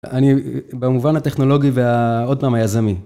אני במובן הטכנולוגי ועוד פעם היזמי.